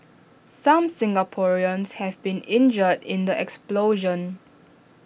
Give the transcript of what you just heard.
some Singaporeans have been injured in the explosion